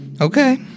Okay